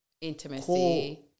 intimacy